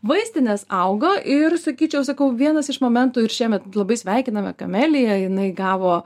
vaistinės augo ir sakyčiau sakau vienas iš momentų ir šiemet labai sveikiname kamelia jinai gavo